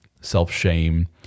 self-shame